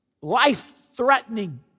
life-threatening